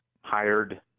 hired